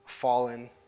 fallen